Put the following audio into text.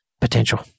potential